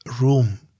room